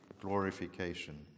glorification